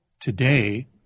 today